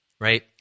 right